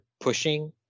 pushing